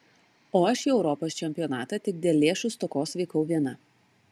o aš į europos čempionatą tik dėl lėšų stokos vykau viena